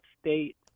State